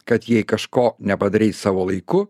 kad jei kažko nepadarei savo laiku